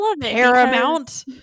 Paramount